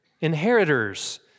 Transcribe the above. inheritors